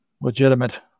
legitimate